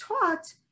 taught